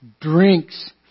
drinks